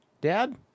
Dad